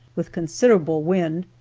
with considerable wind,